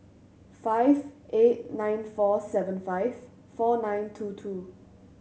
five eight nine four seven five four nine two two